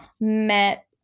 met